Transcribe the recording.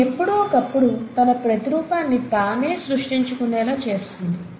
ఇది ఎప్పుడో ఒకప్పుడు తన ప్రతిరూపాన్ని తానే సృష్టించుకునేలా చేస్తుంది